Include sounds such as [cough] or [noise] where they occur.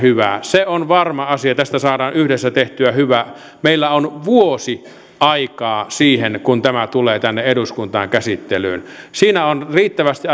hyvä se on varma asia tästä saadaan yhdessä tehtyä hyvä meillä on vuosi aikaa siihen kun tämä tulee tänne eduskuntaan käsittelyyn siinä on riittävästi [unintelligible]